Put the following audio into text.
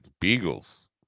Beagles